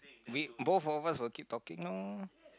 wait both of us were keep talking lor